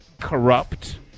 corrupt